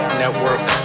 network